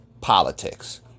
politics